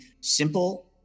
simple